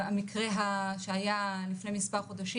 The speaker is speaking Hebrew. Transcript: גבירתי היושבת ראש, נושא כוח האגם הוא חסר.